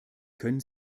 könnten